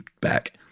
back